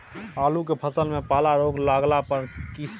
आलू के फसल मे पाला रोग लागला पर कीशकरि?